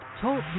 Talk